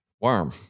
worm